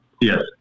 Yes